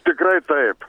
tikrai taip